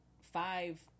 five